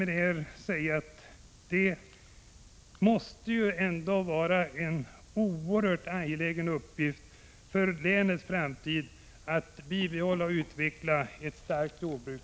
Det måste ändå vara en oerhört angelägen uppgift för länet att bibehålla och utveckla ett starkt jordbruk.